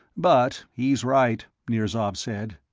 but he's right, nirzav said.